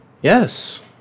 Yes